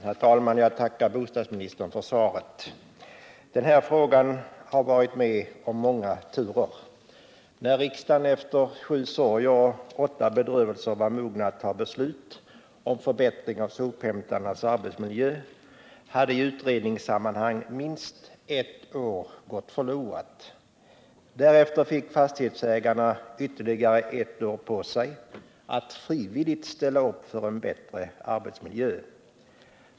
Herr talman! Jag tackar bostadsministern för svaret. Den här frågan har varit med om många turer. När riksdagen efter sju sorger och åtta bedrövelser var mogen att fatta beslut om förbättring av sophämtarnas arbetsmiljö hade i utredningssammanhang minst ett år gått förlorat. Därefter fick fastighetsägarna ytterligare ett år på sig att frivilligt ställa upp för en bättre arbetsmiljö.